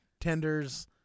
tenders